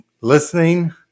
listening